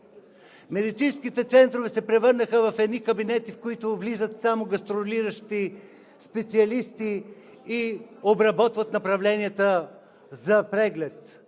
Медицинските центрове се превърнаха в едни кабинети, в които влизат само гастролиращи специалисти и обработват направленията за преглед